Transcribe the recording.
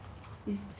philippines right